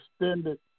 extended